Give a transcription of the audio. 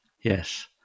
yes